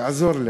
תעזור לי.